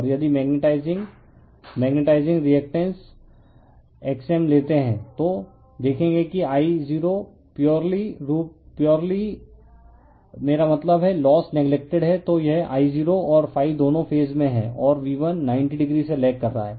और यदि magnetising magnetising reactance x m लेते हैं तो देखेंगे कि I0 प्योरली रूप से मेरा मतलब लोस नेग्लेक्टेड है तो यह I0 और ∅ दोनों फेज में हैं और V1 90o से लेग कर रहा हैं